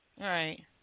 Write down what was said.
Right